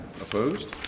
Opposed